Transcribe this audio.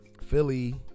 Philly